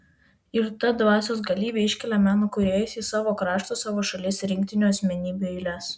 ir ta dvasios galybė iškelia meno kūrėjus į savo krašto savo šalies rinktinių asmenybių eiles